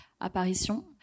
apparition